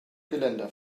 geländer